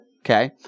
okay